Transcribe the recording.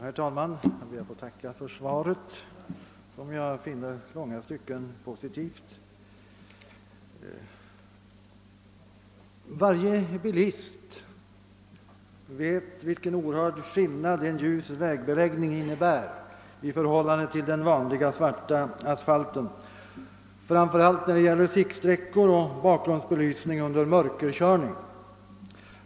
Herr talman! Jag ber att få tacka för svaret som jag i långa stycken finner positivt. Varje bilist vet vilken cerhörd skillnad en ljus vägbeläggning innebär i förhållande till den vanliga svarta asfalten, framför allt när det gäller siktsträckor och bakgrundsbelysning under mörkerkörning.